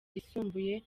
yisumbuye